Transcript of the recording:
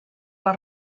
les